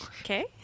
Okay